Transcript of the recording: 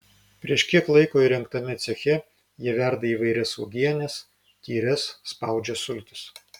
prieš kiek laiko įrengtame ceche jie verda įvairias uogienes tyres spaudžia sultis